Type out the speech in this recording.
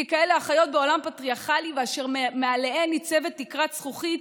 ככאלה החיות בעולם פטריארכלי ומעליהן ניצבת תקרת זכוכית,